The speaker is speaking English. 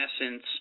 essence